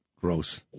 Gross